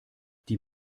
die